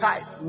Type